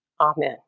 Amen